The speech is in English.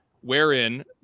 wherein